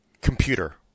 computer